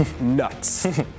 Nuts